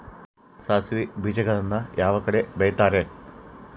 ಸಾಸಿವೆ ಬೇಜಗಳನ್ನ ಯಾವ ಕಡೆ ಬೆಳಿತಾರೆ?